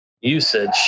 Usage